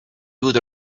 good